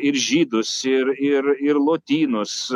ir žydus ir ir ir lotynus